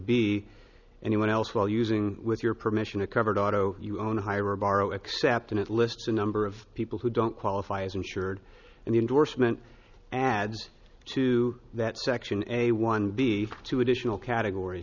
be anyone else while using with your permission a covered auto you only hire or borrow accept and it lists a number of people who don't qualify as insured and the endorsement adds to that section a one b two additional categor